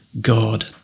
God